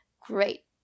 great